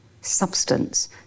substance